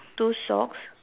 two socks